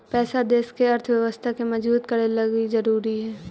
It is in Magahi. पैसा देश के अर्थव्यवस्था के मजबूत करे लगी ज़रूरी हई